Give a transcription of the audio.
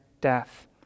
death